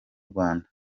rwanda